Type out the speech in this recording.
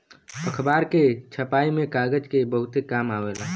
अखबार के छपाई में कागज के बहुते काम आवेला